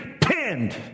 pinned